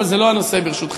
אבל זה לא הנושא, ברשותך.